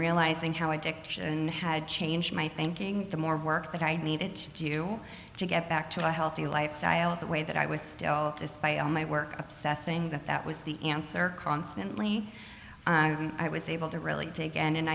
realizing how addiction had changed my thinking the more work that i needed to do to get back to a healthy lifestyle the way that i was still up to spy on my work obsessing that that was the answer constantly i was able to really take and